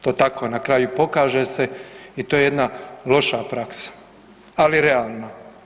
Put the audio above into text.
To tako na kraju pokaže se i to je jedna loša praksa ali realna.